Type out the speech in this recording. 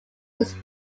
his